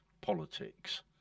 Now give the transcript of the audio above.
politics